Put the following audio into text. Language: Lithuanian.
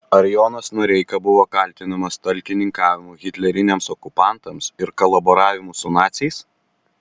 ar jonas noreika buvo kaltinamas talkininkavimu hitleriniams okupantams ir kolaboravimu su naciais